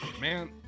Man